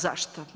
Zašto?